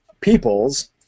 peoples